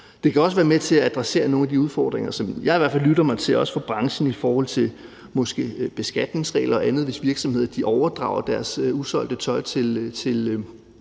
Det kunne også være med til at adressere nogle af de udfordringer, som jeg i hvert fald også fra branchen lytter mig til kommer, f.eks. i forhold til beskatningsregler, hvis virksomheder overdrager deres usolgte tøj til